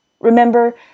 Remember